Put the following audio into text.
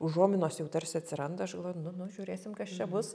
užuominos jau tarsi atsiranda aš galvoju nu nu žiūrėsim kas čia bus